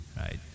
right